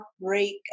break